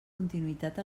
continuïtat